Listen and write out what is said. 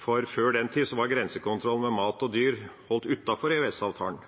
Før den tid var grensekontrollen av mat og dyr holdt utenfor EØS-avtalen,